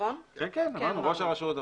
ראש הרשות,